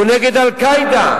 הוא נגד "אל-קאעידה".